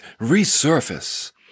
resurface